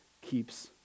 keeps